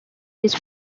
his